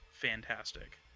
fantastic